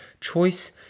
Choice